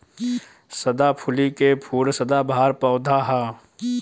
सदाफुली के फूल सदाबहार पौधा ह